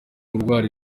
kurwara